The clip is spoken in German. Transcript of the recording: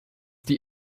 die